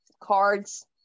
cards